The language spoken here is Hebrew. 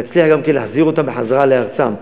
נצליח גם להחזיר אותם בחזרה לארצם,